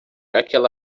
aquela